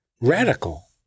radical